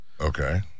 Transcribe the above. Okay